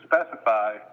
specify